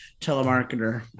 telemarketer